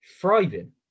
thriving